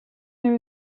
there